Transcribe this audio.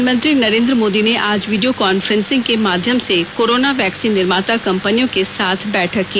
प्रधानमंत्री नरेन्द्र मोदी ने आज वीडियो कांफ्रेंसिंग के माध्यम से कोरोना वैक्सीन निर्माता कंपनियों के साथ बैठक की